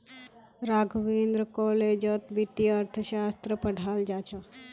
राघवेंद्र कॉलेजत वित्तीय अर्थशास्त्र पढ़ाल जा छ